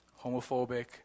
Homophobic